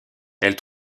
elle